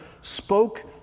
spoke